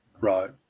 right